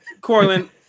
Corlin